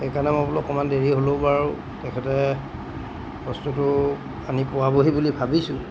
সেইকাৰণে মই বোলো অকণমান দেৰি হ'লেও বাৰু তেখেতে বস্তুটো আনি পোৱাবহি বুলি ভাবিছোঁ